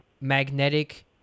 magnetic